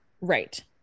Right